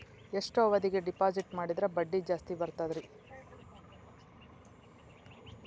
ಎಷ್ಟು ಅವಧಿಗೆ ಡಿಪಾಜಿಟ್ ಮಾಡಿದ್ರ ಬಡ್ಡಿ ಜಾಸ್ತಿ ಬರ್ತದ್ರಿ?